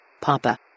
Papa